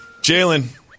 Jalen